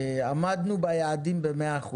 עמדנו ביעדים ב-100%,